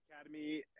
Academy